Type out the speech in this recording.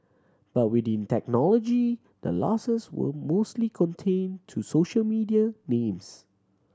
but within technology the losses were mostly contained to social media names